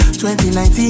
2019